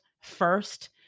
first